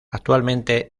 actualmente